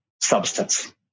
substance